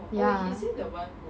ya